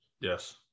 Yes